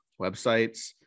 websites